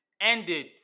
ended